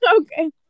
Okay